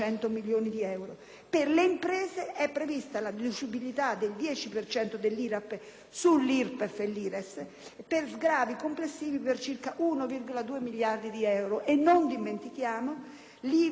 Per le imprese è prevista la deducibilità del 10 per cento dell'IRAP su IRPEF ed IRES, per sgravi complessivi di circa 1,2 miliardi di euro. Non dimentichiamo poi l'IVA differita